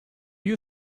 you